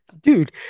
dude